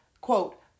Quote